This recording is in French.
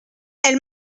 elle